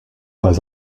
pas